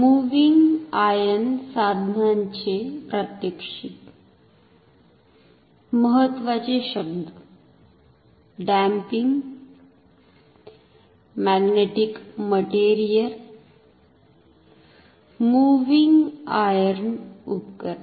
moving iron साधनांचे प्रात्यक्षिक महत्वाचे शब्द damping magnetic material moving iron उपकरण